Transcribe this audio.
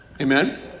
Amen